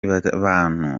bantu